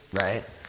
Right